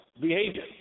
Behavior